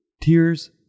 tears